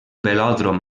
velòdrom